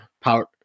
power